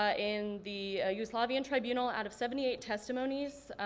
ah in the yugoslavia and tribunal, out of seventy eight testimonies,